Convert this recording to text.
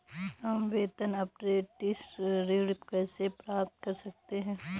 हम वेतन अपरेंटिस ऋण कैसे प्राप्त कर सकते हैं?